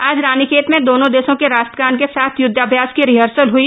आज रानीखेत में दोनों देशों के राष्ट्र गान के साथ युद्धाभ्यास की रिहर्सल हई